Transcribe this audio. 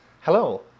Hello